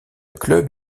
club